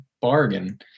bargain